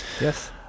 Yes